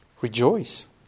Rejoice